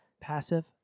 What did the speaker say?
Passive